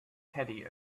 teddy